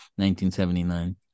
1979